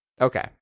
okay